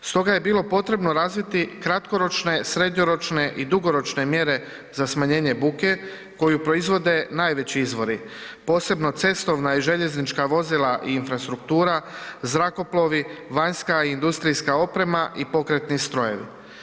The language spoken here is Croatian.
Stoga je bilo potrebno razviti kratkoročne, srednjoročne i dugoročne mjere za smanjenje buke koju proizvode najveći izvori, posebno cestovna i željeznička vozila i infrastruktura, zrakoplovi, vanjska industrijska oprema i pokretni strojevi.